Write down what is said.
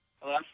Hello